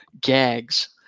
gags